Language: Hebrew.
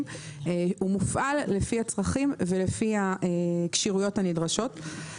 והוא מופעל לפי הצרכים ולפי הכשירויות הנדרשות.